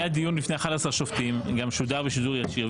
היה דיון בפני 11 שופטים, גם שודר בשידור ישיר.